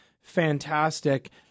fantastic